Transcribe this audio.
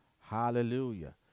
Hallelujah